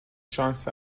شانس